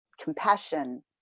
compassion